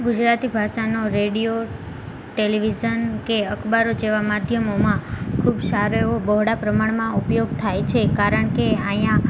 ગુજરાતી ભાષાનો radio television કે અખબારો જેવાં માધ્યમોમાં ખૂબ સારો એવો બહોળા પ્રમાણમાં ઉપયોગ થાય છે કારણ કે અહીં